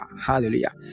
Hallelujah